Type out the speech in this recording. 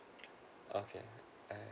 okay mm